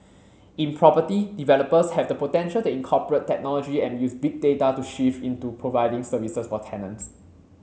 in property developers have the potential to incorporate technology and use Big Data to shift into providing services for tenants